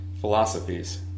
philosophies